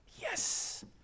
yes